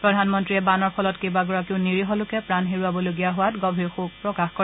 প্ৰধানমন্ত্ৰীয়ে বানৰ ফলত কেইবাগৰাকীও নিৰীহলোকে প্ৰাণ হেৰুৱাবলগীয়া হোৱাত গভীৰ শোঁক প্ৰকাশ কৰে